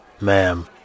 Ma'am